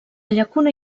llacuna